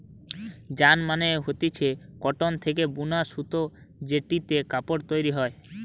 yarn মানে হতিছে cotton থেকে বুনা সুতো জেটিতে কাপড় তৈরী হয়